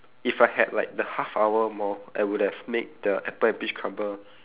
if I had like the half hour more I would have made the apple and peach crumble